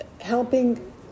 helping